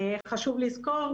חשוב לזכור,